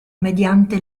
mediante